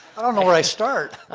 i don't know where i start.